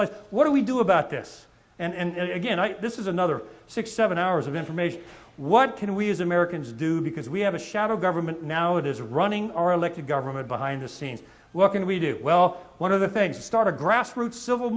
like what do we do about this and again this is another six seven hours of information what can we as americans do because we have a shadow government now it is running our elected government behind the scenes what can we do well one of the things to start a grassroots civil